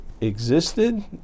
existed